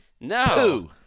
No